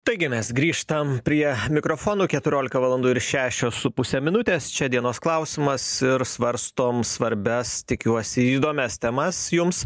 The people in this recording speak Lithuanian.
taigi mes grįžtam prie mikrofonų keturiolika valandų ir šešios su puse minutės čia dienos klausimas ir svarstom svarbias tikiuosi įdomias temas jums